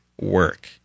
work